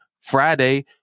friday